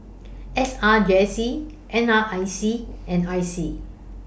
S R J C N R I C and I C